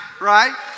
right